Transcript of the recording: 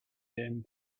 din